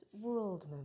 world